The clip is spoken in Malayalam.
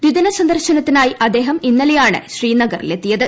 ദിദിന സന്ദർശനത്തിനായി അദ്ദേഹം ഇന്നലെയാണ് ശ്രീനഗറിലെത്തിയത്